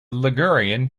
ligurian